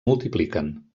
multipliquen